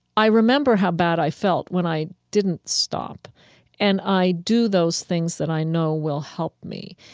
i remember how bad i felt when i didn't stop and i do those things that i know will help me.